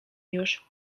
już